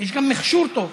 ויש גם מכשור טוב.